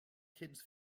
kids